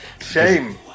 Shame